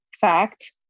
fact